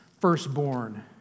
firstborn